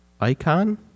icon